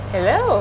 Hello